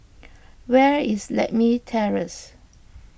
where is Lakme Terrace